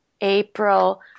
April